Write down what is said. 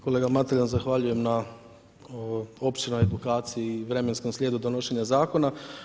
Kolega Mateljan, zahvaljujem na opširnoj edukaciji i vremenskom slijedu donošenja zakona.